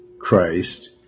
Christ